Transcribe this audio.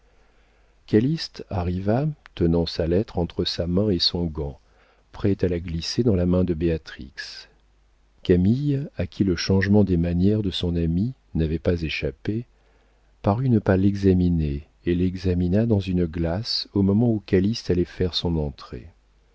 calyste arriva tenant sa lettre entre sa main et son gant prêt à la glisser dans la main de béatrix camille à qui le changement des manières de son amie n'avait pas échappé parut ne pas l'examiner et l'examina dans une glace au moment où calyste allait faire son entrée